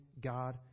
God